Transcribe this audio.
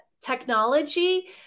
technology